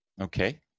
Okay